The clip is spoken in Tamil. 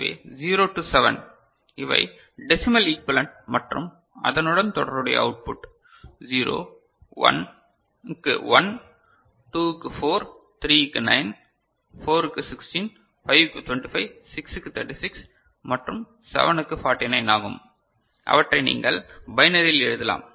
எனவே 0 டு 7 இவை டெசிமல் ஈக்விவலெண்ட் மற்றும் அதனுடன் தொடர்புடைய அவுட்புட் 0 1 கு 1 2 கு 4 3 கு 9 4 கு 16 5 கு 25 6 கு 36 மற்றும் 7 கு 49 ஆகும் அவற்றை நீங்கள் பைனரியில் எழுதலாம்